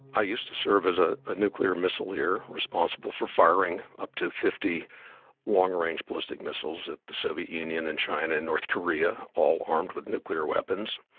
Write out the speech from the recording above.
i used to serve as a nuclear missileer, responsible for firing up to fifty long-range ballistic missiles at the soviet union and china and north korea, all armed with nuclear weapons,